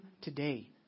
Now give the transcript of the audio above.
today